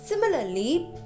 Similarly